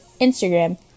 Instagram